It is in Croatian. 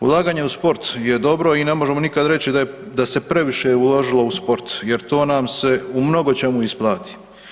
Ulaganje u sport je dobro i ne možemo nikad reći da se previše uložilo u sport jer to nam se u mnogočemu isplati.